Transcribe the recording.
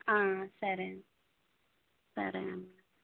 సరే అండి సరే అండి